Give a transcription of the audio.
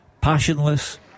passionless